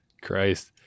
Christ